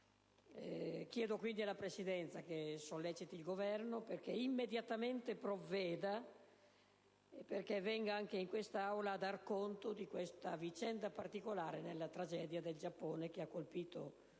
Chiedo alla Presidenza che solleciti il Governo perché immediatamente provveda e perché venga anche in quest'Aula a dar conto di questa vicenda particolare nella tragedia del Giappone che ha colpito l'umanità